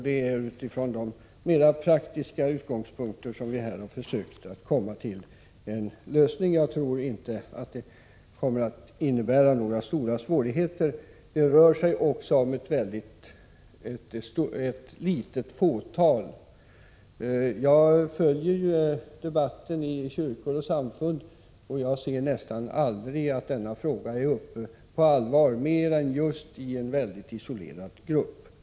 Det är utifrån dessa praktiska utgångspunkter som vi har försökt komma till en lösning i det här fallet också, och jag tror inte att det kommer att uppstå några stora svårigheter. Det rör sig om ett litet fåtal elever. Jag följer ju debatten i kyrkor och samfund, och jag ser nästan aldrig att denna fråga är uppe på allvar mer än just i en väldigt isolerad grupp.